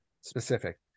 Specific